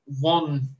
one